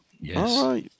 Yes